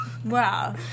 Wow